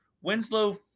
Winslow